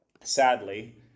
Sadly